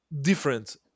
different